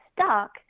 stuck